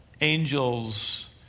angels